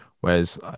whereas